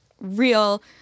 real